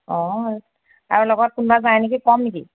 অঁ আৰু লগত কোনোবা যায় নেকি ক'ম নেকি